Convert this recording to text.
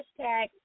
hashtag